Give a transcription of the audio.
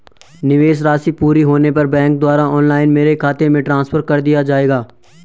निवेश राशि पूरी होने पर बैंक द्वारा ऑनलाइन मेरे खाते में ट्रांसफर कर दिया जाएगा?